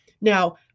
Now